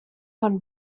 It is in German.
von